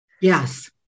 Yes